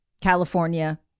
California